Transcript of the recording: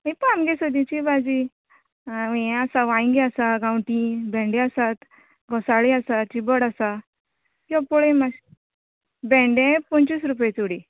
ही पळय आमगे सदिची भाजी ये आसा वायंगे आसा गावटी भेंडे आसात घोसाळी आसा चिबड आसा यो पळय माशी भेंडे पंचवीस रुपया चुडी